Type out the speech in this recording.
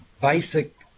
basic